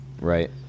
Right